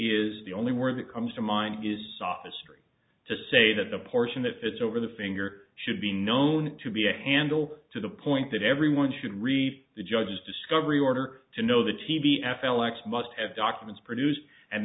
is the only word that comes to mind is soft astri to say that the portion that fits over the finger should be known to be a handle to the point that everyone should read the judge's discovery order to know the tb f l x must have documents produced and